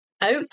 out